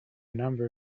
number